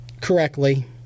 Correctly